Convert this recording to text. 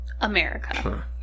America